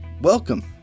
welcome